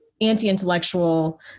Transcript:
anti-intellectual